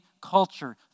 culture